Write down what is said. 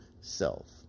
self